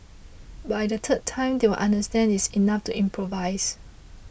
by the third time they will understand it's enough to improvise